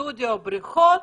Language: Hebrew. סטודיו ובריכות,